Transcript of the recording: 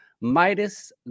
Midas